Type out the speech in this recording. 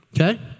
Okay